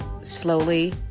slowly